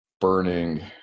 burning